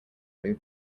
blue